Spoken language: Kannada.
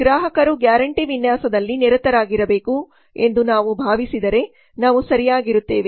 ಗ್ರಾಹಕರು ಗ್ಯಾರಂಟಿ ವಿನ್ಯಾಸದಲ್ಲಿ ನಿರತರಾಗಿರಬೇಕು ಎಂದು ನಾವು ಭಾವಿಸಿದರೆ ನಾವು ಸರಿಯಾಗಿರುತ್ತೇವೆ